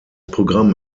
programm